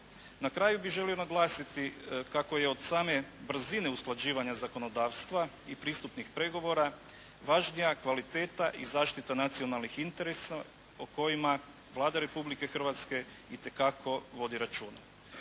Na kraju bi želio naglasiti kako je od same brzine usklađivanja zakonodavstva i pristupnih pregovora važnija kvaliteta i zaštita nacionalnih interesa o kojima Vlada Republike Hrvatske itekako vodi računa.